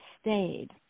stayed